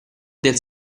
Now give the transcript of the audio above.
del